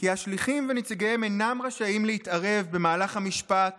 "כי השליחים ונציגיהם אינם רשאים להתערב במהלך המשפט